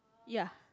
ya